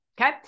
Okay